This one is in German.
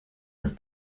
dass